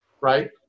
right